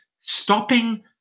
stopping